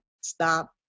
stop